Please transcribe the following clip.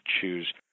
choose